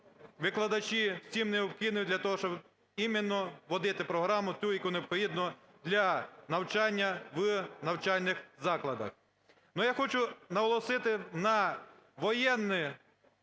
викладачі, всім необхідним для того, щоб іменно вводити програму ту, яку необхідно для навчання в навчальних закладах. Ну я хочу наголосити на воєнні